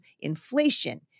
inflation